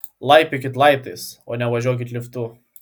laipiokit laiptais o ne važiuokit liftu